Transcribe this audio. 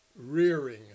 rearing